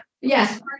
yes